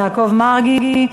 יעקב מרגי,